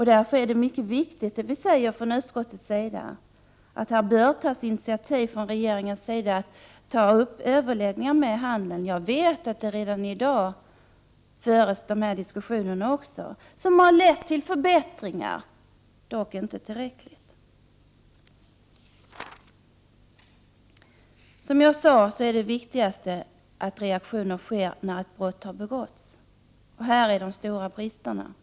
Vi säger från utskottets sida att det är mycket viktigt att regeringen tar initiativ och genomför överläggningar med handeln. Jag vet att dessa diskussioner också förs redan i dag, och att det har lett till förbättringar, dock inte tillräckliga. Det viktigaste är att det sker en reaktion när ett brott har begåtts. Det är här som de stora bristerna finns.